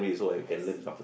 I see